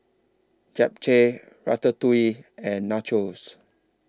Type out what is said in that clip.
Japchae Ratatouille and Nachos